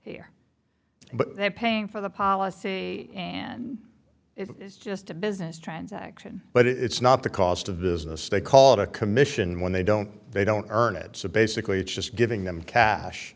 here but they're paying for the policy and it's just a business transaction but it's not the cost of business they call it a commission when they don't they don't earn it so basically it's just giving them cash